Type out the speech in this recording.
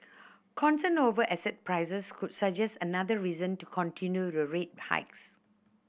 concern over asset prices could suggest another reason to continue rate hikes